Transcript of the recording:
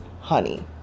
Honey